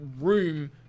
room